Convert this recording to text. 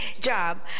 job